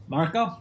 Marco